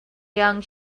young